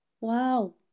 Wow